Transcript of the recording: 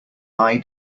eye